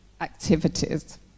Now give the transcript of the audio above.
activities